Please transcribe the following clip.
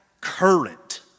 current